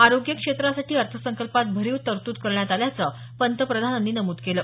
आरोग्य क्षेत्रासाठी अर्थसंकल्पात भरीव तर्तुद करण्यात आल्याचं पंतप्रधानांनी नमूद केलं